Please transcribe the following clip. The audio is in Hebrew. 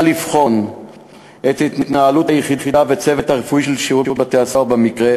לבחון את התנהלות היחידה והצוות הרפואי של שירות בתי-הסוהר במקרה.